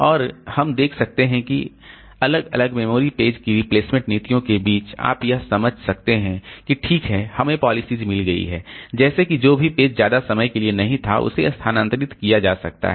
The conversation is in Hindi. और हम देख सकते हैं कि अलग अलग मेमोरी पेज की रिप्लेसमेंट नीतियों के बीच आप यह समझ सकते हैं कि ठीक है हमें पॉलिसीज मिल गई हैं जैसे कि जो भी पेज ज्यादा समय के लिए नहीं था उसे स्थानांतरित किया जा सकता है